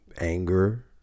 anger